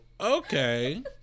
okay